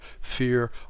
fear